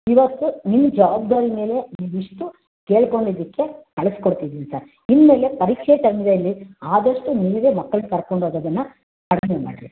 ಇವತ್ತು ನಿಮ್ಮ ಜವಾಬ್ದಾರಿ ಮೇಲೆ ನೀವಿಷ್ಟು ಕೇಳ್ಕೊಂಡಿದಕ್ಕೆ ಕಳ್ಸಿ ಕೊಡ್ತಿದೀನಿ ಸರ್ ಇನ್ನುಮೇಲೆ ಪರೀಕ್ಷೆ ಟೈಮಿನಲ್ಲಿ ಆದಷ್ಟು ನಿಮಗೆ ಮಕ್ಕಳನ್ನ ಕರ್ಕೊಂಡು ಹೋಗೋದನ್ನ ಕಡಿಮೆ ಮಾಡಿರಿ ಸರ್